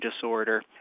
disorder